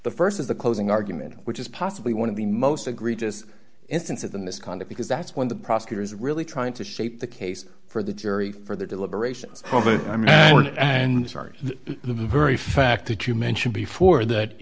the st of the closing argument which is possibly one of the most egregious instances in this kind of because that's when the prosecutor is really trying to shape the case for the jury for their deliberations and the very fact that you mentioned before that